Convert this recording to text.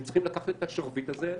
וצריכים לקחת את השרביט הזה אלינו.